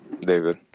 David